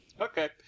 okay